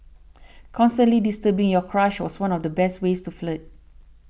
constantly disturbing your crush was one of the best ways to flirt